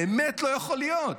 באמת לא יכול להיות.